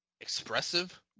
expressive